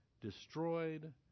destroyed